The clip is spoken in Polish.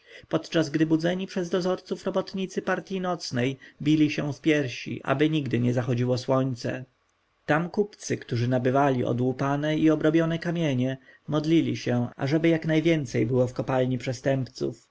podczas gdy budzeni przez dozorców robotnicy partji nocnej bili się w piersi aby nigdy nie zachodziło słońce tam kupcy którzy nabywali odłupane i obrobione kamienie modlili się ażeby jak najwięcej było w kopalni przestępców